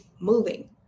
moving